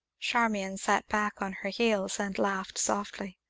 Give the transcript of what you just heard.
charmian sat back on her heels, and laughed softly.